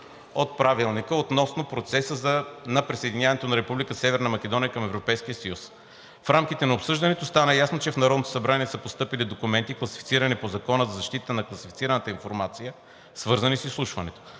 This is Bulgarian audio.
от Правилника относно процеса на присъединяването на Република Северна Македония към Европейския съюз“. В рамките на обсъждането стана ясно, че в Народното събрание са постъпили документи, класифицирани по Закона за защита на класифицираната информация, свързани с изслушването.